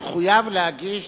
יחויב להגיש